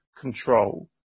control